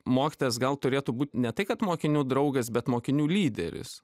mokytojas gal turėtų būt ne tai kad mokinių draugas bet mokinių lyderis